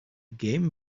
game